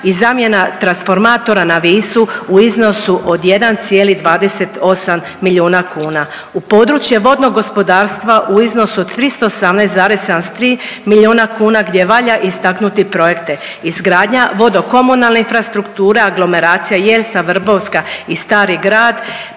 i zamjena transformatora na Visu u iznosu od 1,28 milijuna kuna. U područje vodnog gospodarstva u iznosu od 318,73 milijuna kuna gdje valja istaknuti projekte izgradnja vodo komunalnih infrastruktura, aglomeracija Jelsa-Vrbovska i Stari Grad,